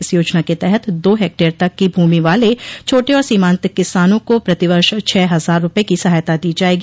इस योजना के तहत दो हेक्टेयर तक की भूमि वाले छोटे और सीमांत किसानों को प्रतिवर्ष छह हजार रुपये की सहायता दी जाएगी